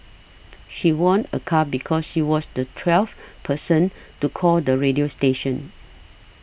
she won a car because she was the twelfth person to call the radio station